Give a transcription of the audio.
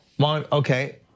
Okay